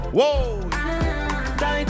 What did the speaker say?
Whoa